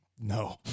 No